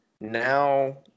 now